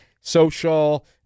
Social